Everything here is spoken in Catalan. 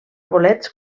bolets